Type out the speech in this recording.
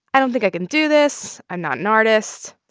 i don't think i can do this. i'm not an artist.